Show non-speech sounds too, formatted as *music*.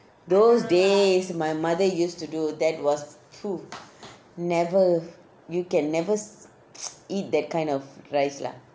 those days my mother used to do that was !oof! never you can never *noise* eat that kind of rice lah